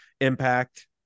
impact